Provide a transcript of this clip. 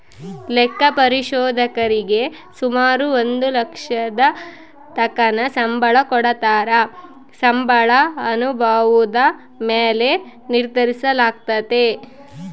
ಲೆಕ್ಕ ಪರಿಶೋಧಕರೀಗೆ ಸುಮಾರು ಒಂದು ಲಕ್ಷದತಕನ ಸಂಬಳ ಕೊಡತ್ತಾರ, ಸಂಬಳ ಅನುಭವುದ ಮ್ಯಾಲೆ ನಿರ್ಧರಿಸಲಾಗ್ತತೆ